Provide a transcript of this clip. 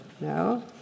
No